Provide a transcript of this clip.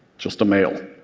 just a male.